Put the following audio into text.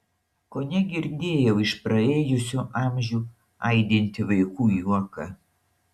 kone girdėjau iš praėjusių amžių aidintį vaikų juoką